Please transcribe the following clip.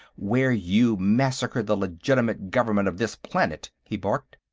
where you massacred the legitimate government of this planet, he barked.